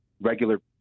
regular